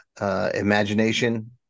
imagination